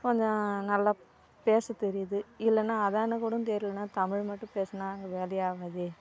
கொஞ்சம் நல்லா பேசத்தெரியுது இல்லைனா அதான்னு கூட தெரிலனா தமிழ் மட்டும் பேசுனால் அங்கே வேலையே ஆகாதே